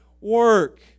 work